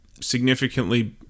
significantly